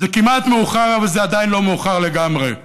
זה כמעט מאוחר, אבל זה עדיין לא מאוחר לגמרי.